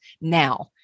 now